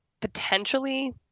potentially